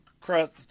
crust